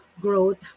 growth